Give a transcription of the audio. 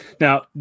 Now